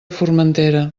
formentera